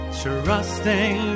trusting